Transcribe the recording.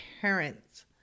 parents